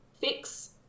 fix